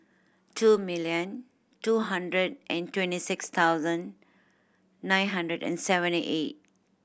two million two hundred and twenty six thousand nine hundred and seventy eight